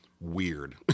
weird